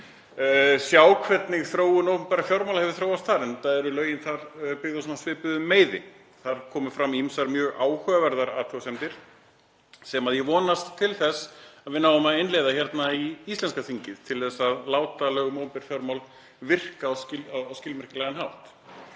sjá hvernig þróun opinberra fjármála hefur þróast þar, enda eru lögin þar byggð á svipuðum grunni. Þar komu fram ýmsar mjög áhugaverðar athugasemdir sem ég vonast til þess að við náum að innleiða hérna í íslenska þingið til að láta lög um opinber fjármál virka með skilmerkilegum hætti.